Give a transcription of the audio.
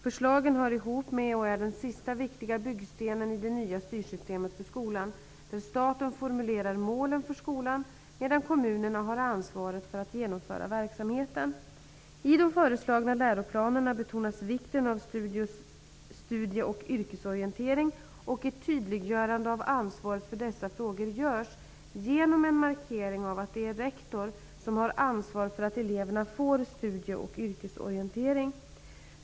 Förslagen hör ihop med och är den sista viktiga byggstenen i det nya styrsystemet för skolan, där staten formulerar målen för skolan medan kommunerna har ansvaret för att genomföra verksamheten. I de föreslagna läroplanerna betonas vikten av studie och yrkesorientering, och ett tydliggörande av ansvaret för dessa frågor görs genom en markering av att det är rektor som har ansvar för att eleverna får studie och yrkesorientering.